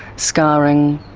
scarring,